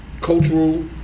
cultural